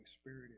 Spirit